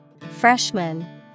Freshman